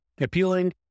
appealing